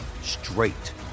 straight